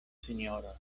sinjoro